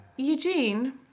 Eugene